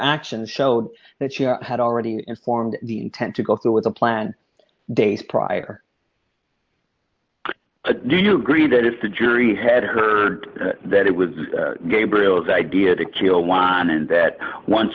actions showed that she had already informed the intent to go through with the plan days prior do you agree that if the jury had heard that it was gabriel's idea to kill juan and that once